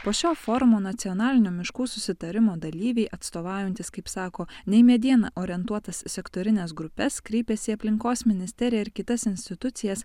po šio forumo nacionalinio miškų susitarimo dalyviai atstovaujantys kaip sako ne į medieną orientuotas sektorines grupes kreipėsi į aplinkos ministeriją ir kitas institucijas